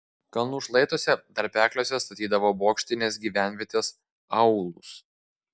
kalnų šlaituose tarpekliuose statydavo bokštines gyvenvietes aūlus